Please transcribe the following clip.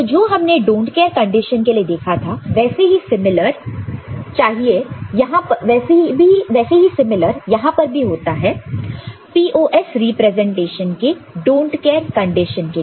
तो जो हमने डोंट केयर कंडीशन के लिए देखा था वैसा ही सिमिलर चाहिए यहां पर भी होता है POS रिप्रेजेंटेशन के डोंट केयर कंडीशन के लिए